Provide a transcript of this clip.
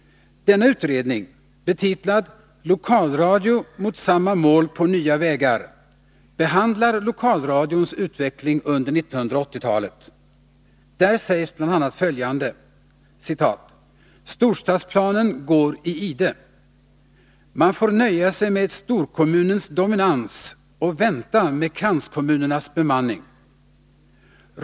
Denna utredning, betitlad ”Lokalradio mot samma mål på nya vägar”, behandlar lokalradions utveckling under 1980-talet. Där sägs bl.a. följande: ”Storstadsplanen går i ide. Man får nöja sig med storkommunens dominans och vänta med kranskommunernas bemanning.